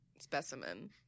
specimen